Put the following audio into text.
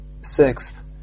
Sixth